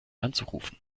anzurufen